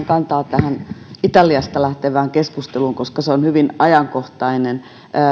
kantaa tähän italiasta lähtevään keskusteluun koska se on hyvin ajankohtainen